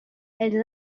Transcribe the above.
elle